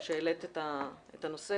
שהעלית את הנושא.